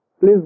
please